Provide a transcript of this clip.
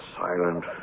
silent